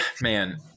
man